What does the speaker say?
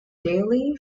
daily